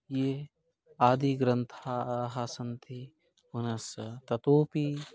ये आदिग्रन्थाः सन्ति पुनश्च ततोपि